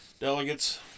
delegates